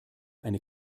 eine